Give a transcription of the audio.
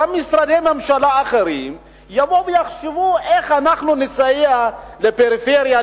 גם משרדי ממשלה אחרים יבואו ויחשבו איך אנחנו נסייע לפריפריה,